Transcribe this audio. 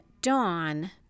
Dawn